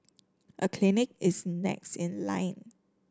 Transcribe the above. a clinic is next in line